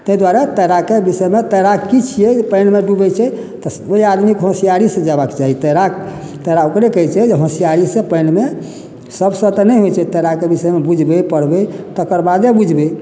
ताहि दुआरे तैराकके विषयमे तैराकी छियै जे पानिमे डुबै छै तऽ ओहि आदमीके होसियारी से जेबाक चाही तैराक तैरा ओकरे कहै छै जे होसियारी सऽ पानिमे सभसँ तऽ नहि होइ छै तैराके विषयमे बुझबै पढ़बै तकर बादे बुझबै